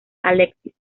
alexis